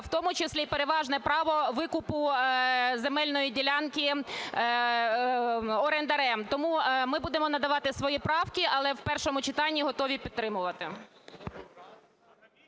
в тому числі переважне право викупу земельної ділянки орендарем. Тому ми будемо надавати свої правки, але в першому читанні готові підтримувати.